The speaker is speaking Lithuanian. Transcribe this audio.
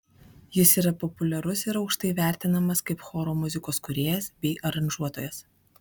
jis yra populiarus ir aukštai vertinamas kaip choro muzikos kūrėjas bei aranžuotojas